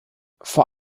vor